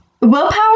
willpower